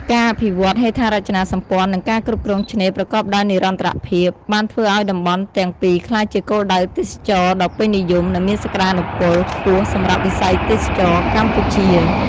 ការអភិវឌ្ឍន៍ហេដ្ឋារចនាសម្ព័ន្ធ និងការគ្រប់គ្រងឆ្នេរប្រកបដោយនិរន្តរភាព បានធ្វើឱ្យតំបន់ទាំងពីរក្លាយជាគោលដៅទេសចរណ៍ដ៏ពេញនិយម និងមានសក្តានុពល ខ្ពស់សម្រាប់វិស័យទេសចរណ៍កម្ពុជា។